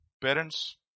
parents